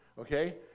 okay